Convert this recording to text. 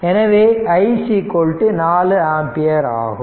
எனவே i 4 ampere ஆகும்